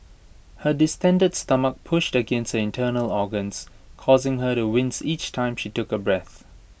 her distended stomach pushed against her internal organs causing her to wince each time she took A breath